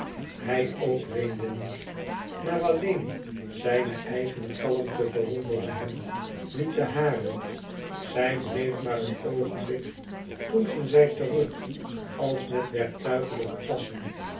hij ook weende niet maar alleen zijne eigene kalmte verwonderde hem niet de hare zij bleef maar een oogenblik toen ging zij terug als met werktuigelijke passen